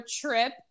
trip